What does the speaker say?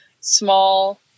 small